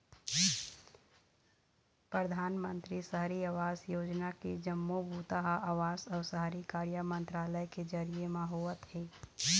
परधानमंतरी सहरी आवास योजना के जम्मो बूता ह आवास अउ शहरी कार्य मंतरालय के जरिए म होवत हे